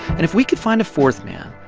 and if we could find a fourth man,